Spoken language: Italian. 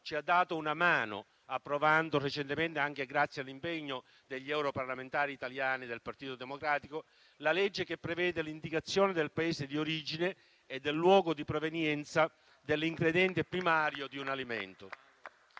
ci ha dato una mano, approvando recentemente, anche grazie all'impegno degli europarlamentari italiani del Partito Democratico, la legge che prevede l'indicazione del Paese di origine e del luogo di provenienza dell'ingrediente primario di un alimento.